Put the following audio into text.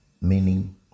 meaning